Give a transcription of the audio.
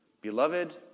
Beloved